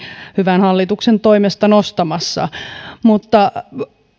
hyvän hallituksen toimesta nostamassa